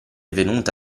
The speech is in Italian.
venuta